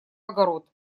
огород